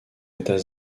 état